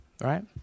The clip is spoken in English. right